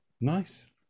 Nice